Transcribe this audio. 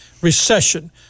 recession